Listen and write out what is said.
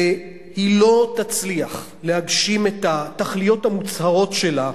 והיא לא תצליח להגשים את התכליות המוצהרות שלה.